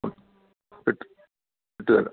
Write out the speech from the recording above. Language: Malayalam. വിട്ടുതരാം